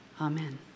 Amen